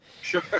Sure